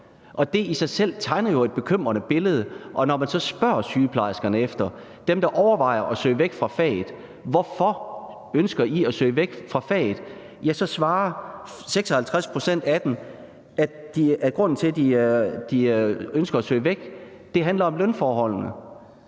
Det i sig selv tegner jo et bekymrende billede, og når man så spørger sygeplejerskerne – dem, der overvejer at søge væk fra faget – hvorfor de ønsker at søge væk fra faget, ja, så svarer 56 pct. af dem, at grunden til, at de ønsker at søge væk, er lønforholdene.